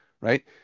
right